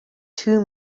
two